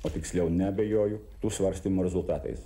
o tiksliau neabejoju tų svarstymų rezultatais